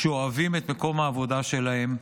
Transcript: שאוהבים את מקום העבודה שלהם,